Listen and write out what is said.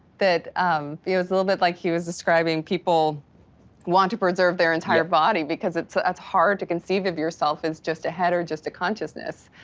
that um feels a little bit like he was describing people want to preserve their entire body because it's ah it's hard to conceive of yourself as just a head or just a consciousness.